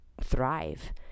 thrive